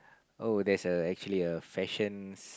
oh there's a actually fashion